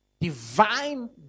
Divine